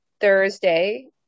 Thursday